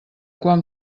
quan